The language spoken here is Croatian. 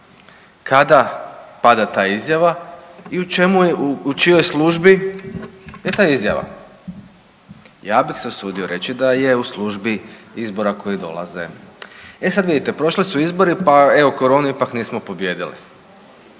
kada pada ta izjava i u čijoj službi je ta izjava? Ja bih se usudio reći da je u službi izbora koji dolaze. E sad vidite, prošli su izbori, pa evo koronu ipak nismo pobijedili.